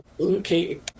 Okay